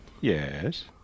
Yes